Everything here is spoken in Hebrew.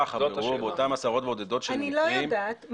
אני לא יודעת,